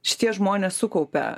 šitie žmonės sukaupia